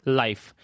life